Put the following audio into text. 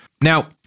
Now